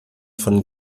von